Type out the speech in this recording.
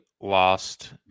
lost